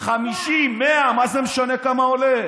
50, 100, מה זה משנה כמה עולה?